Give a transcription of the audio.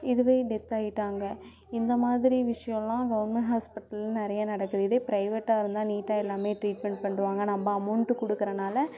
இதுவே டெத்தாகிட்டாங்க இந்த மாதிரி விஷயம்லாம் கவர்மெண்ட் ஹாஸ்ப்பிட்டலில் நிறையா நடக்குது இதே ப்ரைவேட்டாக இருந்தால் நீட்டாக எல்லாம் ட்ரீட்மெண்ட் பண்ணிவிடுவாங்க நம்ம அமவுண்ட்டு குடுக்குறதுனால